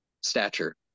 stature